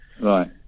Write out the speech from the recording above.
Right